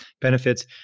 benefits